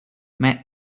met